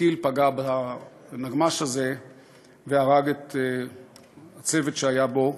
וטיל פגע בנגמ"ש הזה והרג צוות שהיה בו,